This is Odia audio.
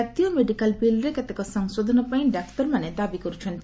କାତୀୟ ମେଡ଼ିକାଲ ବିଲ୍ରେ କେତେକ ସଂଶୋଧନ ପାଇଁ ଡାକ୍ତରମାନେ ଦାବି କରୁଛନ୍ତି